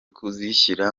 kuzishyira